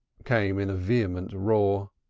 came in a vehement roar.